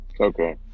Okay